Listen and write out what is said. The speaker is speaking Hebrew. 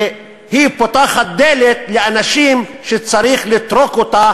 כי היא פותחת דלת לאנשים שצריך לטרוק אותה